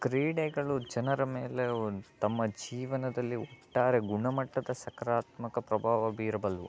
ಕ್ರೀಡೆಗಳು ಜನರ ಮೇಲೆ ಒಂದು ತಮ್ಮ ಜೀವನದಲ್ಲಿ ಒಟ್ಟಾರೆ ಗುಣಮಟ್ಟಕ ಸಕರಾತ್ಮಕ ಪ್ರಭಾವ ಬೀರಬಲ್ಲವು